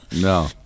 No